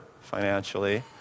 financially